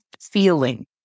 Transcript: feeling